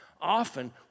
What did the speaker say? often